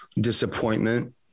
disappointment